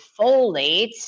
folate